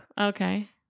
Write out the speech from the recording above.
Okay